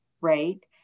right